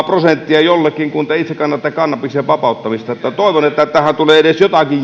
prosenttia jollekin kun te itse kannatatte kannabiksen vapauttamista toivon että tähän keskusteluun tulee edes jotakin